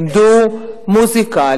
לימדו מוזיקה,